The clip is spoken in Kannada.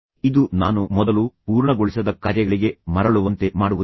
ಇದು ನಾನು ಮೊದಲು ಪೂರ್ಣಗೊಳಿಸದ ಕಾರ್ಯಗಳಿಗೆ ಮರಳುವಂತೆ ಮಾಡುವುದಿಲ್ಲ